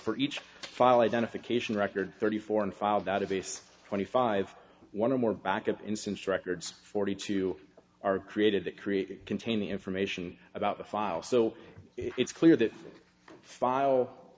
for each file identification record thirty four in file database twenty five one or more backup instance records forty two are created that created containing information about the file so it's clear that file